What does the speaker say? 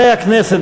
חברי הכנסת,